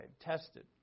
tested